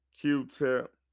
q-tip